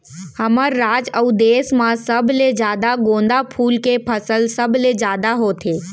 हमर राज अउ देस म सबले जादा गोंदा फूल के फसल सबले जादा होथे